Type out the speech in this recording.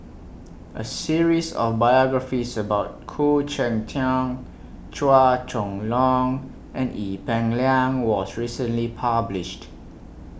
A series of biographies about Khoo Cheng Tiong Chua Chong Long and Ee Peng Liang was recently published